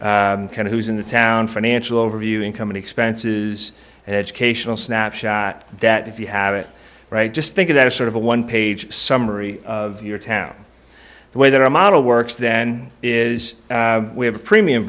who's in the town financial overview income and expenses and educational snapshot that if you have it right just think of that as sort of a one page summary of your town the way that our model works then is we have a premium